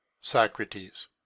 Socrates